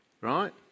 Right